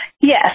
Yes